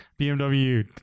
BMW